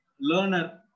learner